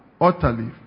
utterly